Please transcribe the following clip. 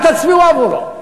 אל תצביעו עבורו.